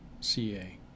Ca